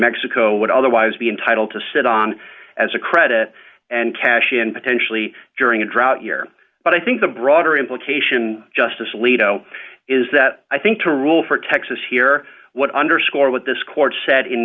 mexico would otherwise be entitled to sit on as a credit and cash in potentially during a drought year but i think the broader implication justice alito is that i think to rule for texas here what underscore what this court said in